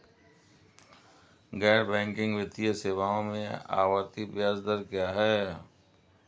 गैर बैंकिंग वित्तीय सेवाओं में आवर्ती ब्याज दर क्या है?